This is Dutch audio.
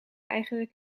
eigenlijk